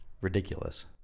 ridiculous